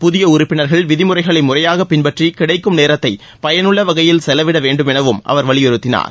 புதிய உறுப்பினர்கள் விதிமுறைகளை முறையாக பின்பற்றி கிடைக்கும் நேரத்தை பயனுள்ள வகையில் செலவிட வேண்டும் எனவும் அவர் வலியுறுத்தினார்